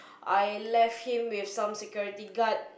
I left him with some security guard